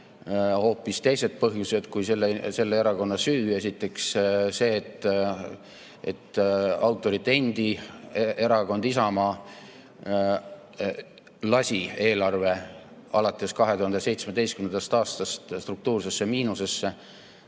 hoopis teised põhjused kui selle erakonna süü. Esiteks see, et autorite endi erakond Isamaa lasi eelarve alates 2017. aastast struktuursesse miinusesse,